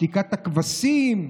שתיקת הכבשים.